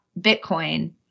Bitcoin